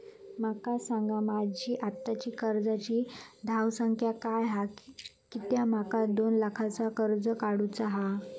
माका सांगा माझी आत्ताची कर्जाची धावसंख्या काय हा कित्या माका दोन लाखाचा कर्ज काढू चा हा?